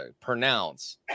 pronounce